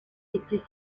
était